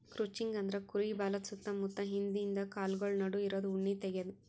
crutching ಅಂದ್ರ ಕುರಿ ಬಾಲದ್ ಸುತ್ತ ಮುತ್ತ ಹಿಂದಿಂದ ಕಾಲ್ಗೊಳ್ ನಡು ಇರದು ಉಣ್ಣಿ ತೆಗ್ಯದು